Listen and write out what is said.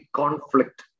conflict